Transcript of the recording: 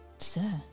Sir